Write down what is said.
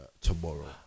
tomorrow